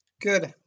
Good